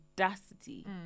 audacity